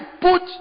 put